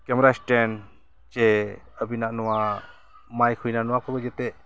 camera stand ᱥᱮ ᱟᱹᱵᱤᱱᱟᱜ ᱱᱚᱣᱟ ᱢᱟᱭᱤᱠ ᱦᱩᱭᱱᱟ ᱱᱚᱣᱟ ᱠᱚᱜᱮ ᱡᱷᱚᱛᱚ